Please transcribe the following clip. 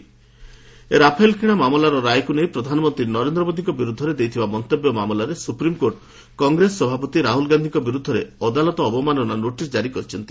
SC Rafale Rahul Rafale କିଣା ମାମଲାର ରାୟକୁ ନେଇ ପ୍ରଧାନମନ୍ତ୍ରୀ ନରେନ୍ଦ୍ରମୋଦିଙ୍କ ବିରୁଦ୍ଧରେ ଦେଇଥିବା ମନ୍ତବ୍ୟ ମାମଲାରେ ସୁପ୍ରିମକୋର୍ଟ କଂଗ୍ରେସ ସଭାପତି ରାହୁଲ ଗାନ୍ଧୀଙ୍କ ବିରୁଦ୍ଧରେ କୋର୍ଟ ଅବମାନନା ନୋଟିସ୍ କାରି କରିଛନ୍ତି